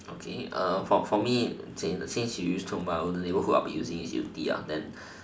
okay for for me since you using in tiong-bahru in the neighbourhood I'll be using in yew-tee then